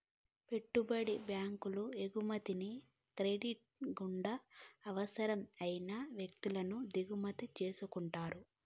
పెట్టుబడి బ్యాంకులు ఎగుమతిని క్రెడిట్ల గుండా అవసరం అయిన వత్తువుల దిగుమతి చేసుకుంటారు